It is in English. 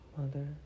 Mother